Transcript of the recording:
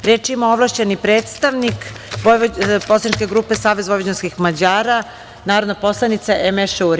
Reč ima ovlašćeni predstavnik Poslaničke grupe Savez vojvođanskih Mađara, narodna poslanica Emeše Uri.